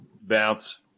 bounce